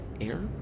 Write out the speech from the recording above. air